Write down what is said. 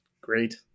great